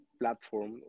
platform